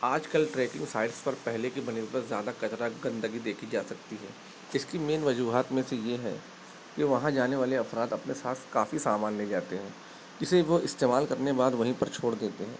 آج کل trekking sides پر پہلے کی بہ نسبت زیادہ کچرا گندگی دیکھی جا سکتی ہے اس کی مین وجوہات میں سے یہ ہیں کہ وہاں جانے والے افراد اپنے ساتھ کافی سامان لے جاتے ہیں اسے وہ استعمال کرنے بعد وہیں پر چھوڑ دیتے ہیں